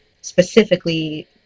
specifically